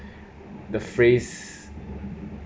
the phrase